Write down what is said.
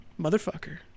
motherfucker